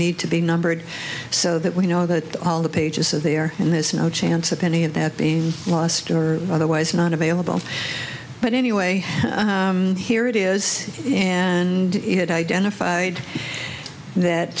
need to be numbered so that we know that all pages so they are and there's no chance of any of that being lost or otherwise not available but anyway here it is and he had identified that